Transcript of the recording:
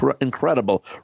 incredible